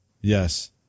Yes